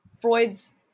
freud's